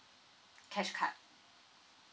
cash card